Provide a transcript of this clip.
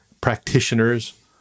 practitioners